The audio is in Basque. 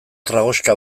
tragoxka